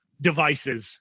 devices